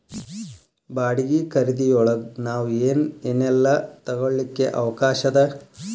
ಬಾಡ್ಗಿ ಖರಿದಿಯೊಳಗ್ ನಾವ್ ಏನ್ ಏನೇಲ್ಲಾ ತಗೊಳಿಕ್ಕೆ ಅವ್ಕಾಷದ?